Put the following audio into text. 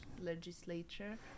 legislature